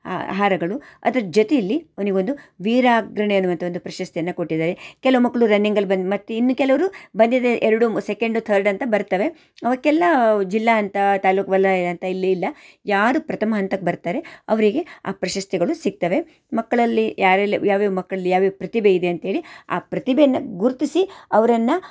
ಆ ಹಾರಗಳು ಅದ್ರ ಜೊತೆಯಲ್ಲಿ ಅವನಿಗೊಂದು ವೀರಾಗ್ರಣೆ ಅನ್ನುವಂಥ ಒಂದು ಪ್ರಶಸ್ತಿಯನ್ನು ಕೊಟ್ಟಿದ್ದಾರೆ ಕೆಲವು ಮಕ್ಕಳು ರನ್ನಿಂಗಲ್ಲಿ ಬಂದು ಮತ್ತು ಇನ್ನು ಕೆಲವರು ಬಂದಿದ್ದು ಎರಡು ಸೆಕೆಂಡು ಥರ್ಡ್ ಅಂತ ಬರ್ತವೆ ಅವಕ್ಕೆಲ್ಲ ಜಿಲ್ಲಾ ಹಂತ ತಾಲೂಕು ವಲಯ ಅಂತ ಇಲ್ಲಿ ಇಲ್ಲ ಯಾರು ಪ್ರಥಮ ಹಂತಕ್ಕೆ ಬರ್ತಾರೆ ಅವರಿಗೆ ಆ ಪ್ರಶಸ್ತಿಗಳು ಸಿಗ್ತವೆ ಮಕ್ಕಳಲ್ಲಿ ಯಾರೆಲ್ಲ ಯಾವ್ಯಾವ ಮಕ್ಳಲ್ಲಿ ಯಾವ್ಯಾವ ಪ್ರತಿಭೆ ಇದೆ ಅಂತೇಳಿ ಆ ಪ್ರತಿಭೆಯನ್ನು ಗುರುತಿಸಿ ಅವರನ್ನ